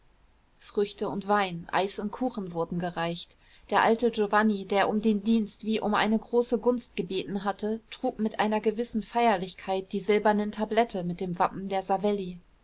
früchte und wein eis und kuchen wurden gereicht der alte giovanni der um den dienst wie um eine große gunst gebeten hatte trug mit einer gewissen feierlichkeit die silbernen tablette mit dem wappen der